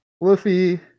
Luffy